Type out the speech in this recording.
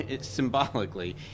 symbolically